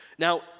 Now